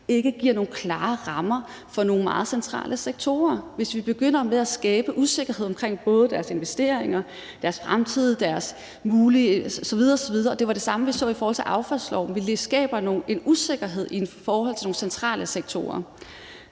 ikke giver nogle klare rammer for nogle meget centrale sektorer. Hvis vi begynder med at skabe usikkerhed både om deres investeringer og deres fremtid osv. osv. – og det var det samme, vi så i forhold til affaldsloven – skaber vi en usikkerhed i forhold til nogle centrale sektorer.